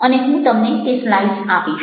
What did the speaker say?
અને હું તમને તે સ્લાઈડ્સ આપીશ